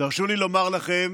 תרשו לי לומר לכם